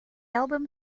album